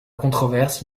controverse